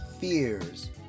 fears